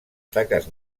taques